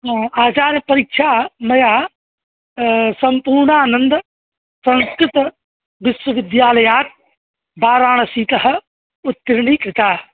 आचार्यपरीक्षा मया सम्पूर्णानन्दसंस्कृतविस्वविद्यालयात् वाराणसीतः उत्तीर्णीकृता